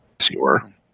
Sure